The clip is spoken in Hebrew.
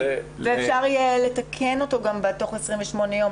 אפשר יהיה לתקן אותו תוך 28 ימים.